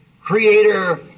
creator